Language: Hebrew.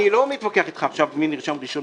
אני לא מתווכח איתך עכשיו מי נרשם ראשון,